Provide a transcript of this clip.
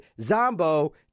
Zombo